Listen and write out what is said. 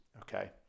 okay